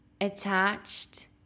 attached